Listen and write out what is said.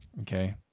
okay